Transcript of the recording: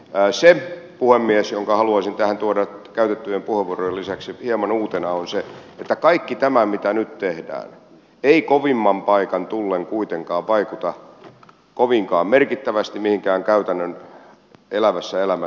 se puhemies minkä haluaisin tähän tuoda käytettyjen puheenvuorojen lisäksi hieman uutena on se että kaikki tämä mitä nyt tehdään ei kovimman paikan tullen kuitenkaan vaikuta kovinkaan merkittävästi mihinkään käytännön elävässä elämässä olevaan ilmiöön